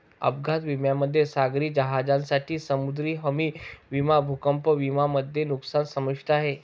अपघात विम्यामध्ये सागरी जहाजांसाठी समुद्री हमी विमा भूकंप विमा मध्ये नुकसान समाविष्ट आहे